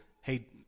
hey